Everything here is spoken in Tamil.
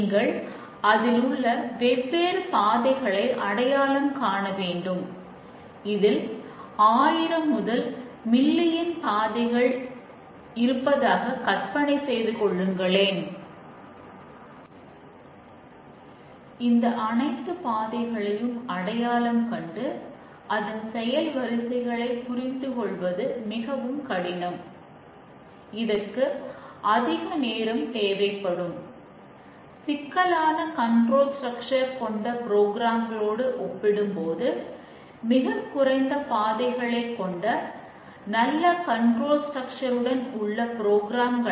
இறுதித் தயாரிப்பு பிழைகள் இல்லாததா என்பதை நாம் சரி பார்க்கிறோம்